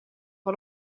wel